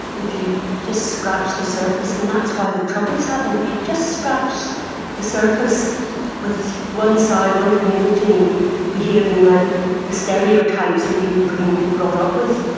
if you just scratch the surface, and that's why the troubles happened, if you just scratch the surface with one side, one community behaving like the stereotypes that you've been brought up with,